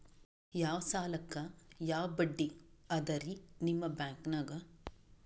ಯಾ ಸಾಲಕ್ಕ ಯಾ ಬಡ್ಡಿ ಅದರಿ ನಿಮ್ಮ ಬ್ಯಾಂಕನಾಗ?